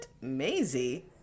Maisie